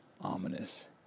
ominous